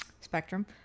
Spectrum